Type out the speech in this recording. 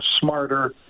smarter